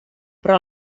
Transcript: però